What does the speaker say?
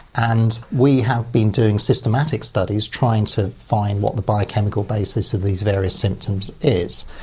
and we have been doing systematic studies trying to find what the biochemical basis of these various symptoms is.